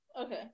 Okay